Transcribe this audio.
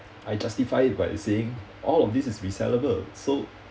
I justify it by saying all of this is resellable so